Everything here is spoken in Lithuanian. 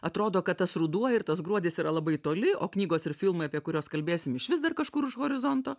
atrodo kad tas ruduo ir tas gruodis yra labai toli o knygos ir filmai apie kuriuos kalbėsim išvis dar kažkur už horizonto